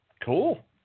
Cool